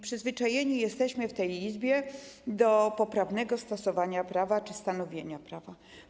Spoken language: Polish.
Przyzwyczajeni jesteśmy w tej Izbie do poprawnego stosowania prawa czy stanowienia prawa.